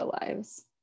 lives